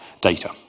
data